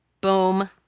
Boom